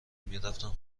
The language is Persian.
میرفتم